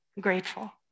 grateful